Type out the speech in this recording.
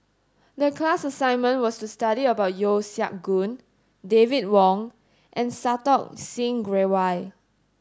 the class assignment was to study about Yeo Siak Goon David Wong and Santokh Singh Grewal